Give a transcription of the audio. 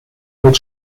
mit